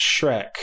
Shrek